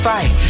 Fight